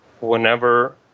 whenever